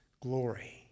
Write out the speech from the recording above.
glory